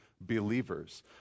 believers